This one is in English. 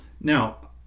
now